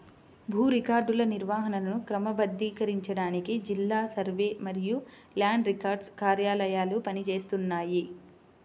భూ రికార్డుల నిర్వహణను క్రమబద్ధీకరించడానికి జిల్లా సర్వే మరియు ల్యాండ్ రికార్డ్స్ కార్యాలయాలు పని చేస్తున్నాయి